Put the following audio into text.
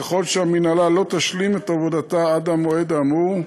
ככל שהמינהלה לא תשלים את עבודתה עד המועד האמור,